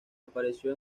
apareció